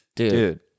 Dude